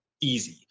easy